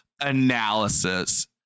analysis